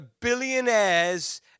billionaire's